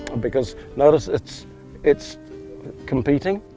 because, notice it's it's competing?